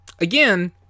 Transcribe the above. Again